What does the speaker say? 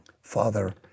Father